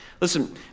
listen